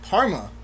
Parma